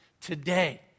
today